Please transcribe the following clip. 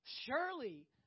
Surely